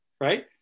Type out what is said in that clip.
right